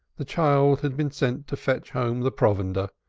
the child had been sent to fetch home the provender,